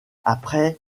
après